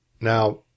Now